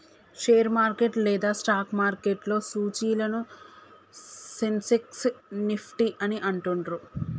share market లేదా stock మార్కెట్లో సూచీలను సెన్సెక్స్, నిఫ్టీ అని అంటుండ్రు